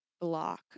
block